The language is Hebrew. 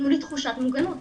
תנו לי תחושת מוגנות.